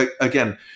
again